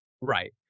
right